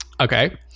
okay